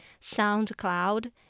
SoundCloud